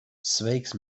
sveiks